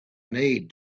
need